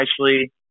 nicely